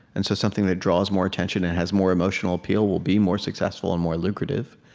and so something that draws more attention and has more emotional appeal will be more successful and more lucrative.